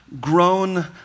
grown